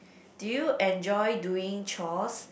do you enjoy doing chores